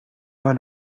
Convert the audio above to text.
pas